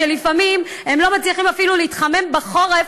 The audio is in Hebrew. שלפעמים לא מצליחים אפילו להתחמם בחורף,